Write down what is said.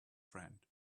friend